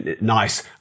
nice